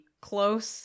close